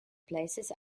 places